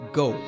go